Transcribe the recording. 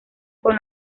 con